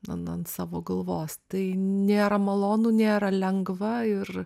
an ant savo galvos tai nėra malonu nėra lengva ir